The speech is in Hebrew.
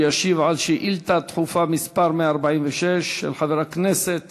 הוא ישיב על שאילתה דחופה מס' 146 של חבר הכנסת